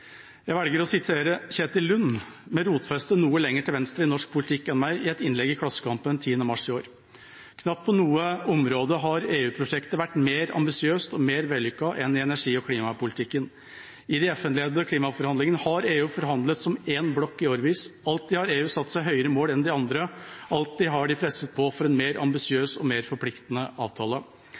Jeg velger å sitere Kjetil Lund, med rotfeste noe lenger til venstre i norsk politikk enn meg, i et innlegg i Klassekampen 10. mars i år: «Knapt på noe område har EU-prosjektet vært mer ambisiøst og mer vellykket enn i energi- og klimapolitikken. I de FN-ledede klimaforhandlingene har EU forhandlet som én blokk i årevis. Alltid har EU satt seg høyere mål enn de andre store landene, og alltid har de presset på for en mer ambisiøs og mer forpliktende avtale.